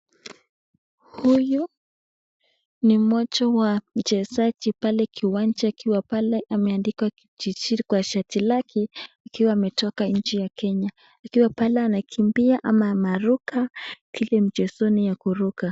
Huyu ni mmoja wa mchezaji pale kiwanja akiwa pale ameandikwa Kipchirchir kwa shati lake akiwa ametoka nchi ya Kenya ,akiwa pale anakimbia ama ana ruka. Hii ni mchezoni wa kuruka.